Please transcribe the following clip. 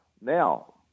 now